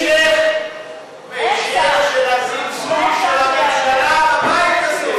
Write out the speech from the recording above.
זה המשך של הזלזול של הממשלה בבית הזה.